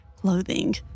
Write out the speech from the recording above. clothing